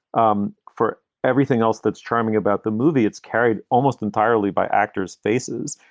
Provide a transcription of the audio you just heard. um for everything else that's charming about the movie, it's carried almost entirely by actors faces.